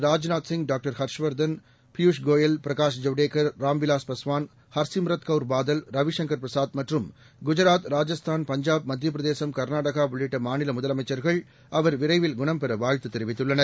Rajnath Singh doctor Harsh Vardhan Piyush Goyal Prakash Javadekar Ram Vilas Paswan Harsimrat Kaur Badal Ravi Shankar Prasad மற்றும் குஜராத் ராஜஸ்தான் பஞ்சாப் மத்தியபிரதேசம் கர்நாடகா உள்ளிட்ட மாநில முதலமைச்சர்கள் அவர் விரைவில் குணம் பெற வாழ்த்து தெரிவித்துள்ளனர்